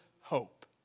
hope